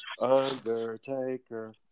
undertaker